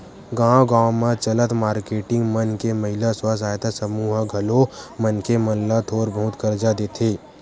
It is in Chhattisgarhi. गाँव गाँव म चलत मारकेटिंग मन के महिला स्व सहायता समूह ह घलो मनखे मन ल थोर बहुत करजा देथे